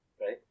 right